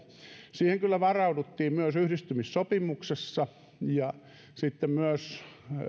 siihen kyllä varauduttiin myös yhdistymissopimuksessa ja